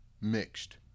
Mixed